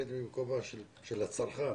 אלא בכובע של הצרכן